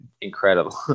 incredible